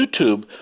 YouTube